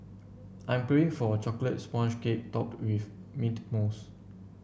I am craving for a chocolate sponge cake topped with mint mousse